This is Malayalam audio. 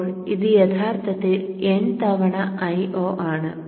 ഇപ്പോൾ ഇത് യഥാർത്ഥത്തിൽ n തവണ Io ആണ്